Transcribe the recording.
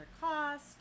cost